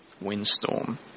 windstorm